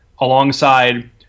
alongside